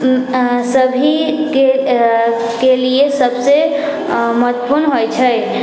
सभीके के लिए सभसँ महत्वपूर्ण होइ छै